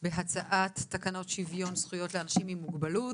בהצעת תקנות שוויון זכויות לאנשים עם מוגבלות